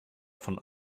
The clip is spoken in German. von